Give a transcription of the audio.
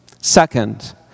Second